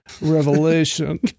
Revelation